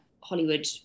Hollywood